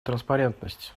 транспарентность